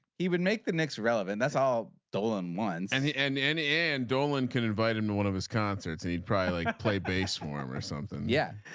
he would make the next relevant. that's all. dolan won and the end end and dolan can invite him to one of his concerts and he'd probably play baseball or um or something. yeah.